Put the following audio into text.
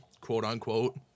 quote-unquote